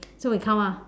so we count ah